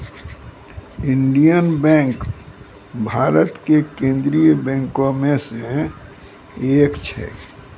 Indian bank Bharat के केन्द्रीय बैंको मे से एक छै